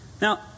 Now